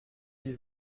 die